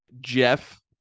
jeff